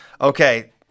Okay